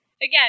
Again